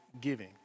giving